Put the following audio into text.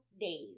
days